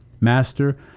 Master